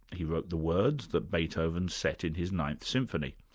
he wrote the words that beethoven set in his ninth symphony,